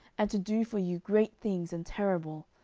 and to do for you great things and terrible,